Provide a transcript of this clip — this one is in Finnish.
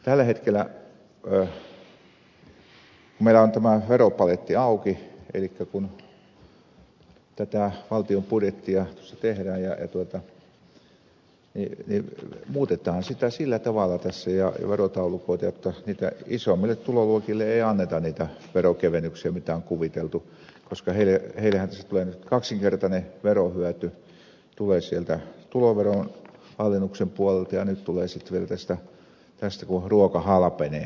tällä hetkellä kun meillä on tämä veropaletti auki elikkä kun tätä valtion budjettia tehdään niin muutetaan sitä sillä tavalla tässä ja verotaulukoita jotta isommille tuloluokille ei anneta niitä veronkevennyksiä mitä on kuviteltu koska heillehän tässä tulee nyt kaksinkertainen verohyöty tulee sieltä tuloveronalennuksen puolelta ja nyt tulee sitten vielä tästä kun ruoka halpenee